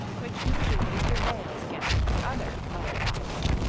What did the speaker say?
which usually prevailed against the other mother-tots.